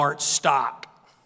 stock